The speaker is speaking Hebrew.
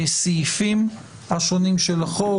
בסעיפים השונים של החוק,